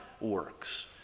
works